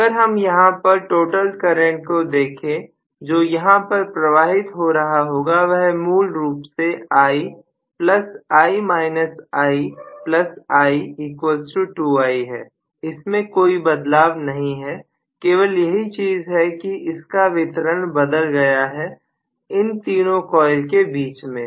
अगर हम यहां पर टोटल करंट को देखे जो यहां पर प्रवाहित हो रहा होगा वह मूल रूप से Ii2I है इसमें कोई बदलाव नहीं है केवल यही चीज है कि इसका वितरण बदल गया है इन तीनों कॉइल के बीच में